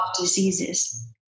diseases